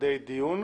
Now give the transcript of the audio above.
לכדי דיון.